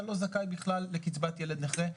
אתה לא זכאי בכלל לקצבת ילד נכה,